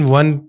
one